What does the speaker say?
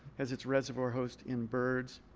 has its reservoir host in birds.